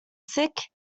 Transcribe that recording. sick